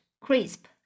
crisp